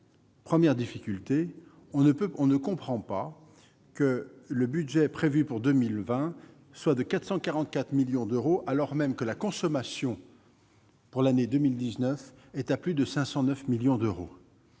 d'asile (ADA), on ne comprend pas que le budget prévu pour 2020 soit de 444 millions d'euros, alors que la consommation pour l'année 2019 est à plus de 509 millions d'euros.